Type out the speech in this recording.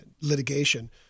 litigation